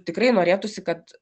tikrai norėtųsi kad